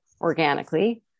organically